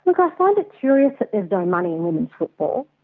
but um but curious that there's no money in women's football.